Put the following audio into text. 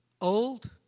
old